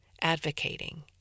advocating